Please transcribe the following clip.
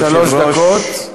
שלוש דקות.